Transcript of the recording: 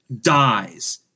dies